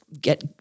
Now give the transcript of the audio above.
get